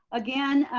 again,